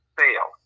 fail